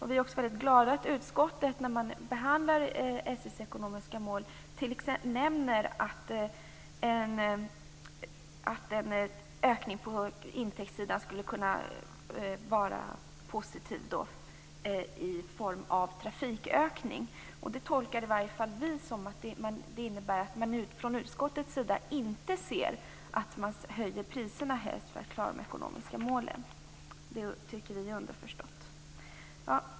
Vi är glada över att utskottet i sin behandling av SJ:s ekonomiska mål nämner att en ökning på intäktssidan till följd av en trafikökning skulle kunna vara positiv. Detta tolkar i varje fall vi så att utskottet inte vill ha stora prisökningar för att de ekonomiska målen skall klaras. Vi tycker att detta är underförstått.